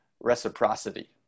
reciprocity